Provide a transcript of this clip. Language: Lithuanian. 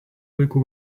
laikų